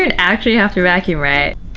and actually after rocky red